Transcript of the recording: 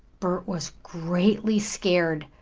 bert was greatly scared,